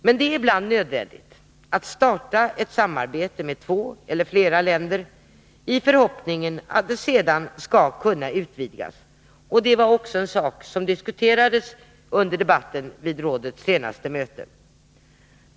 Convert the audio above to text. Men det är ibland nödvändigt att starta ett samarbete med två eller flera länder i förhoppning att det sedan skall kunna utvidgas. Det var också en sak som diskuterades under debatten vid Nordiska rådets senaste möte.